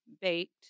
baked